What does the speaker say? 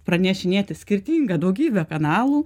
pranešinėti skirtingą daugybę kanalų